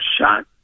shot